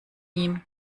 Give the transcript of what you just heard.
ihm